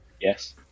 yes